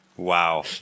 Wow